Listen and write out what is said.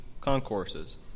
concourses